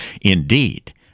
Indeed